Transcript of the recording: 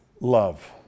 Love